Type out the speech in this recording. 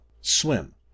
swim